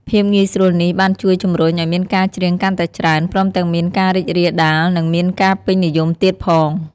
ភាពងាយស្រួលនេះបានជួយជំរុញឲ្យមានការច្រៀងកាន់តែច្រើន ព្រមទាំងមានការរីករាលដាល និងមានការពេញនិយមទៀតផង។